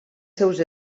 seus